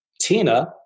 Tina